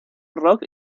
rock